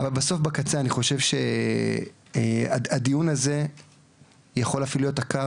בקצה אני חושב שהדיון הזה יכול אפילו להיות עקר